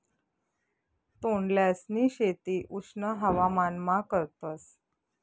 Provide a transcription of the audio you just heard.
तोंडल्यांसनी शेती उष्ण हवामानमा करतस